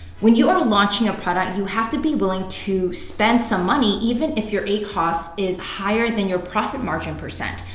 when you are launching a product, you have to be willing to spend some money even if your acos is higher than your profit margin percent.